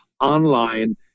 online